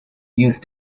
use